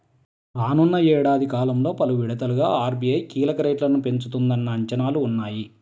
రానున్న ఏడాది కాలంలో పలు విడతలుగా ఆర్.బీ.ఐ కీలక రేట్లను పెంచుతుందన్న అంచనాలు ఉన్నాయి